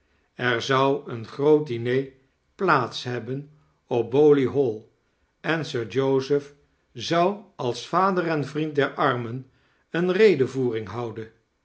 er zou een groot diner plaats hebben op bowley hall en sir joseph zou als vader en vriend der ai-men eene redevoering houden